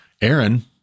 Aaron